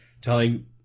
telling